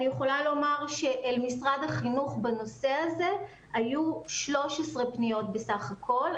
אני יכולה לומר שאל משרד החינוך בנושא הזה היו 13 פניות בסך הכול.